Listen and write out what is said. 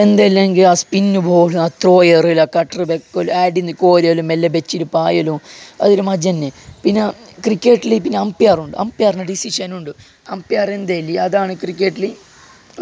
എന്തല്ലെങ്കിൽ spin പോലുംതൊട്ട് പോലും അറിയില്ല കട്ടർ വെക്കും അടിയിൽ കോലും മെല്ലെ വെച്ചിട്ട് പായലും അതൊരു മജ്ജ തന്നെ പിന്നെ ക്രിക്കറ്റില് പിന്നെ അമ്പയർ ഉണ്ട് അമ്പയറിൻ്റെ ഡിസിഷൻ ഉണ്ട് അമ്പയർ എന്ത് ചൊല്ലി അതാണ് ക്രിക്കറ്റില്